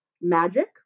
Magic